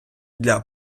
для